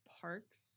Parks